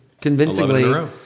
convincingly